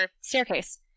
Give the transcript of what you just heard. staircase